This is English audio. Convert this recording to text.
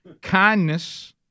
kindness